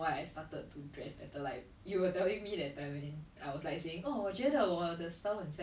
like all these are very very scary things and you will never be able to experience it unless you are willing to try